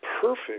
perfect